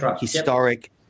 historic